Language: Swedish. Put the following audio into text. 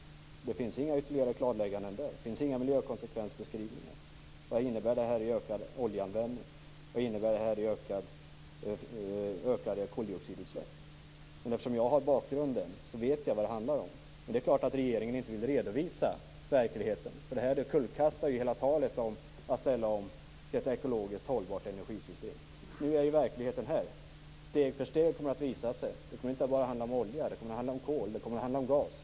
Det finns inga ytterligare klarlägganden där. Det finns inga miljökonsekvensbeskrivningar - vad detta innebär i ökad oljeanvändning, vad det innebär i ökade koldioxidutsläpp. Eftersom jag har bakgrunden vet jag vad det handlar om, men regeringen vill förstås inte redovisa verkligheten. Det här kullkastar ju hela talet om att ställa om till ett ekologiskt hållbart energisystem. Nu är verkligheten här. Steg för steg kommer detta att visa sig. Och det kommer inte bara att handla om olja - det kommer att handla om kol, och det kommer att handla om gas.